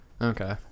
Okay